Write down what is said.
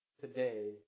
today